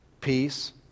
peace